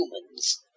humans